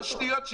עשר שניות.